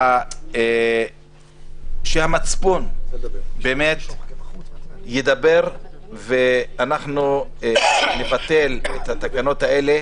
שהמצפון באמת ידבר ואנחנו נבטל את התקנות האלה,